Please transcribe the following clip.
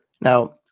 Now